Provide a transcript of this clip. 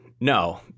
No